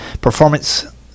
performance